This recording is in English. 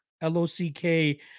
L-O-C-K